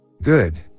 good